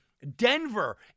Denver